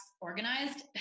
organized